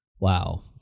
Wow